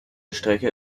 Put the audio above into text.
strecke